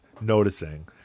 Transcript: noticing